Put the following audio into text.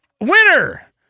Winner